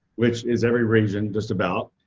which is every region just about,